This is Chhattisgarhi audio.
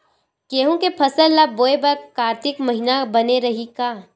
गेहूं के फसल ल बोय बर कातिक महिना बने रहि का?